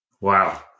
Wow